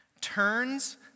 turns